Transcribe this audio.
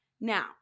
Now